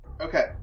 Okay